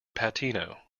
patino